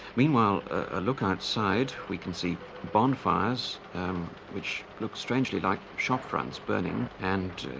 meanwhile, a look outside. we can see bonfires which look strangely like shop fronts burning and